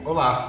Olá